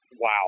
wow